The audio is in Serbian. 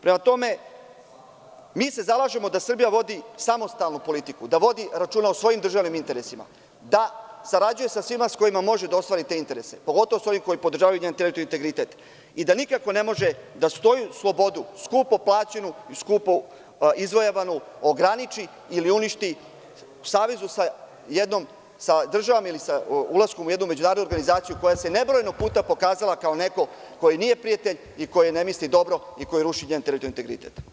Prema tome, mi se zalažemo da Srbija vodi samostalnu politiku, da vodi računa o svojim državnim interesima, da sarađuje sa svima sa kojima može da ostvari te interese, pogotovo sa onim koji podržavaju njen teritorijalni integritet i da nikako ne može da stoji, slobodu skupo plaćenu, skupo izvojevanu, ograniči ili uništi u savezu sa ulaskom u jednu međunarodnu državnu organizaciju koja se nebrojeno puta pokazala kao neko ko joj nije prijatelj i ko joj ne misli dobro i ko ruši njen teritorijalni integritet.